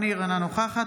אינו נוכח שרון ניר,